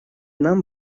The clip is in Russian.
нам